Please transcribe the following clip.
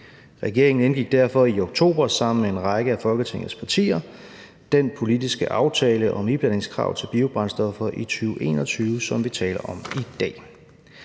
Regeringen indgik derfor i oktober sammen med en række af Folketingets partier den politiske aftale om iblandingskrav til biobrændstoffer i 2021, som vi taler om i dag.